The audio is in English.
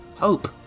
hope